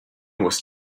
was